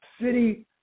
city